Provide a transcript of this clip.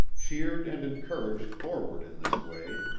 cheered and encouraged forward in this way,